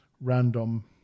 random